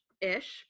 ish